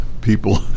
people